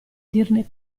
dirne